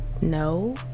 No